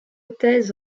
thèse